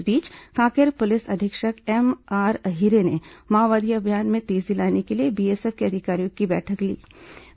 इस बीच कांकेर पुलिस अधीक्षक एमआर अहिरे ने माओवादी अभियान में तेजी लाने के लिए बीएसएफ के अधिकारियों के साथ बैठक ली